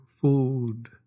food